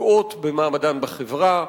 פוגעות במעמדן בחברה,